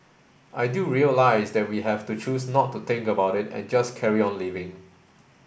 I do realise that we have to choose not to think about it and just carry on living